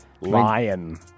Lion